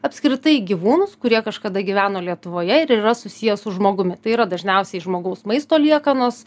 apskritai gyvūnus kurie kažkada gyveno lietuvoje ir yra susiję su žmogumi tai yra dažniausiai žmogaus maisto liekanos